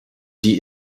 die